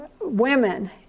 women